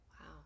Wow